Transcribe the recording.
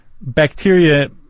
bacteria